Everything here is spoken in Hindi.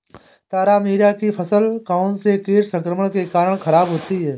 तारामीरा की फसल कौनसे कीट संक्रमण के कारण खराब होती है?